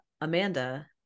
amanda